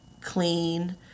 clean